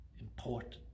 important